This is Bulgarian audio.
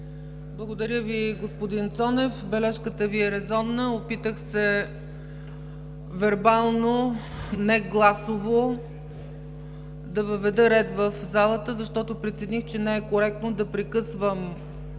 Благодаря Ви, господин Цонев. Бележката Ви е резонна. Опитах се вербално, негласово, да въведа ред в залата, защото прецених, че не е коректно да прекъсвам